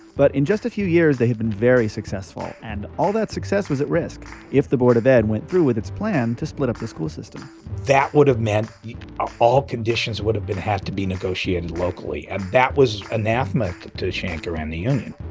but in just a few years, they had been very successful. and all that success was at risk if the board of ed went through with its plan to split up the school system that would've meant ah all conditions would've been had to be negotiated locally, and that was anathema to shanker and the union.